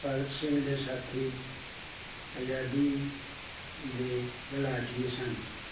ਭਗਤ ਸਿੰਘ ਦੇ ਸਾਥੀ ਆਜ਼ਾਦੀ ਦੇ ਗੁਲਾਟੀਏ ਸਨ